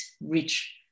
rich